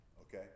okay